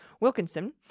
Wilkinson